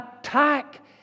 attack